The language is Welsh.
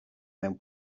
mewn